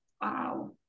Wow